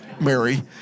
Mary